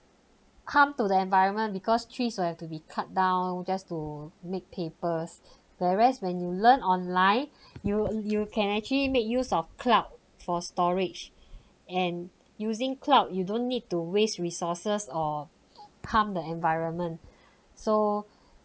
harm to the environment because trees will have to be cut down just to make papers where as when you learn online you you can actually make use of cloud for storage and using cloud you don't need to waste resources or harm the environment so